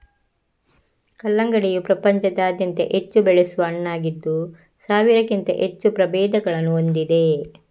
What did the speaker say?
ಕಲ್ಲಂಗಡಿಯು ಪ್ರಪಂಚಾದ್ಯಂತ ಹೆಚ್ಚು ಬೆಳೆಸುವ ಹಣ್ಣಾಗಿದ್ದು ಸಾವಿರಕ್ಕಿಂತ ಹೆಚ್ಚು ಪ್ರಭೇದಗಳನ್ನು ಹೊಂದಿದೆ